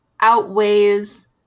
outweighs